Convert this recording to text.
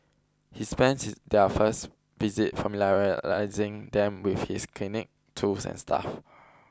he spends their first visit them with his clinic tools and staff